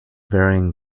burying